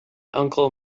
uncle